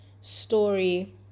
story